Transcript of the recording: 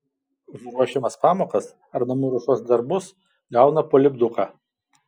už ruošiamas pamokas ar namų ruošos darbus gauna po lipduką